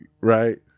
Right